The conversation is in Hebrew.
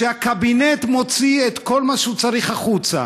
כשהקבינט מוציא את כל מה שהוא צריך החוצה,